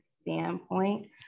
standpoint